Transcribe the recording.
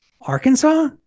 Arkansas